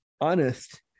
honest